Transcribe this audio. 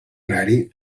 agrari